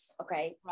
Okay